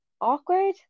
awkward